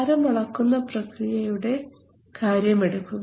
ഭാരം അളക്കുന്ന പ്രക്രിയയുടെ കാര്യം എടുക്കുക